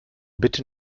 bitte